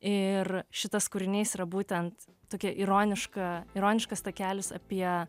ir šitas kūrinys yra būtent tokia ironiška ironiškas takelis apie